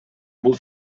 бул